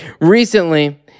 Recently